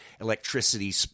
electricity